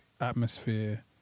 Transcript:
atmosphere